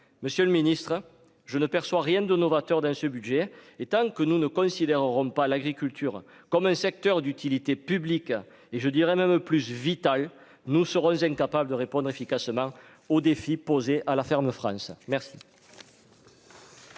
Monsieur le Ministre, je ne perçois rien de novateur dans ce budget, et tant que nous ne considère auront pas l'agriculture comme un secteur d'utilité publique et je dirais même plus vital nous ce rejet, incapables de répondre efficacement aux défis posés à la ferme France merci.